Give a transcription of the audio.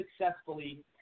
successfully